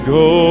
go